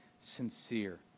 sincere